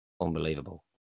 Unbelievable